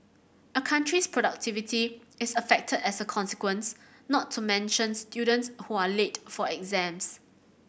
a country's productivity is affected as a consequence not to mention students who are late for exams